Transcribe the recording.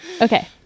okay